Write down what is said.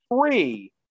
three